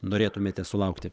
norėtumėte sulaukti